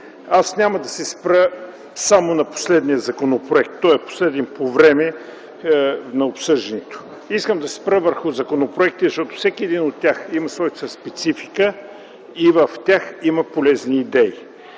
аз няма да се спра само на последния законопроект. Той е последен по време на обсъждането. Искам да се спра върху законопроектите, защото всеки един от тях има своята специфика и в тях има полезни идеи.